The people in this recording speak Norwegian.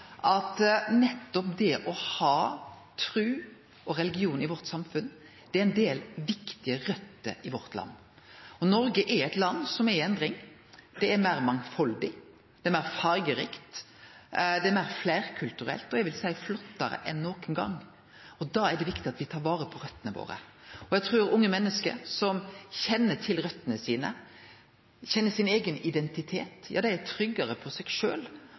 at nettopp det å ha tru og religion i samfunnet vårt er viktige røter i landet vårt. Noreg er eit land som er i endring. Det er meir mangfaldig, det er meir fargerikt, det er meir fleirkulturelt og – vil eg seie – flottare enn nokon gong, og da er det viktig at me tar vare på røtene våre. Eg trur unge menneske som kjenner til røtene sine, og kjenner sin eigen identitet, er tryggare på seg